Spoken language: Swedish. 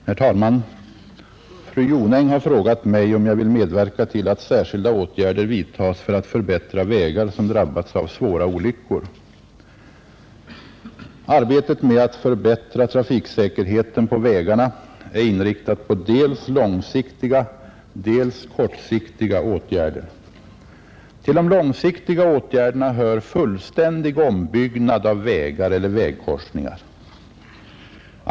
Herr talman! Fru Jonäng har frågat mig om jag vill medverka till att särskilda åtgärder vidtas för att förbättra vägar som drabbats av svåra olyckor. Arbetet med att förbättra trafiksäkerheten på vägarna är inriktat på dels långsiktiga, dels kortsiktiga åtgärder. Till de långsiktiga åtgärderna hör fullständig ombyggnad av vägar eller vägkorsningar.